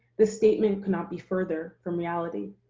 this statement could not be further from reality.